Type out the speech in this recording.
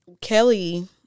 Kelly